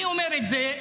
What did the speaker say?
אני אומר את זה,